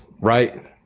right